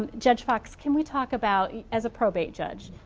um judge fox, can we talk about as a probate judge,